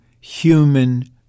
human